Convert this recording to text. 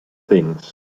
things